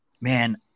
man